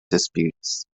disputes